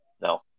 No